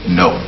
no